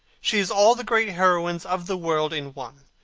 she is all the great heroines of the world in one.